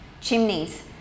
chimneys